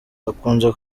hakunze